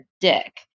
dick